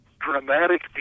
dramatic